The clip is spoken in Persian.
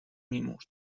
میمرد